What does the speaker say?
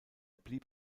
blieb